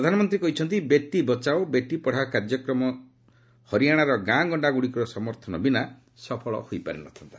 ପ୍ରଧାନମନ୍ତ୍ରୀ କହିଛନ୍ତି ବେଟି ବଚାଓ ବେଟି ପଢ଼ାଓ କାର୍ଯ୍ୟକ୍ରମ ହରିଆଣାର ଗାଁ ଗଣ୍ଡାଗୁଡ଼ିକର ସମର୍ଥନ ବିନା ସଫଳ ହୋଇପାରି ନଥାନ୍ତା